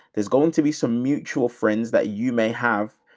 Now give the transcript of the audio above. there's going to be some mutual friends that you may have.